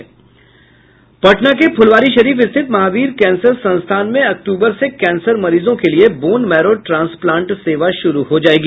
पटना के फूलवारीशरीफ स्थित महावीर कैंसर संस्थान में अक्टूबर से कैंसर मरीजों के लिए बोनमैरो ट्रांसप्लांट सेवा शुरू हो जायेगी